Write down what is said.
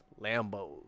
Lambos